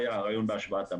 לא היה הרעיון של השוואת המס.